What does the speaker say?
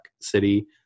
city